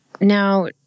now